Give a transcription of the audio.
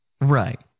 right